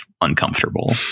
uncomfortable